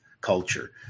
culture